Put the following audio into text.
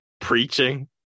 preaching